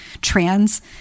trans